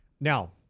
Now